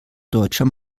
deutscher